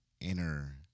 inner